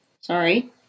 sorry